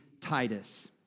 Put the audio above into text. Titus